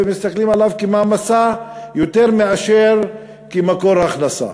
מסתכלים עליו כמעמסה יותר מאשר כמקור הכנסה.